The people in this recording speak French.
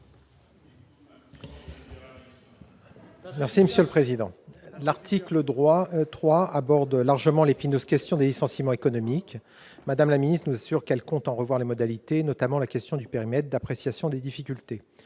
partisan du libéralisme ... L'article 3 aborde largement l'épineuse question des licenciements économiques. Mme la ministre nous assure qu'elle compte en revoir les modalités, notamment la question du périmètre d'appréciation des difficultés